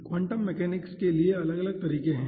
continuum mechanics के लिए अलग अलग तरीके हैं